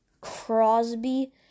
Crosby